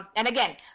and again,